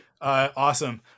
awesome